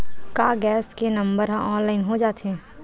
का गैस के नंबर ह ऑनलाइन हो जाथे?